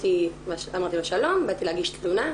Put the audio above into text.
אמרתי לו שלום, באתי להגיש תלונה.